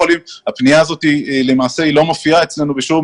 הפנייה הזאת למעשה לא מופיעה אצלנו בשום